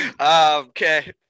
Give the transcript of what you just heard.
Okay